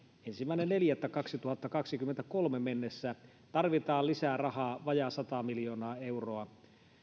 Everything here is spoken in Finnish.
ensimmäinen neljättä kaksituhattakaksikymmentäkolme mennessä tarvitaan lisää rahaa vajaa sata miljoonaa euroa